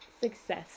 success